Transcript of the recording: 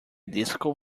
disco